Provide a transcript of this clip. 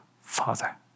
Father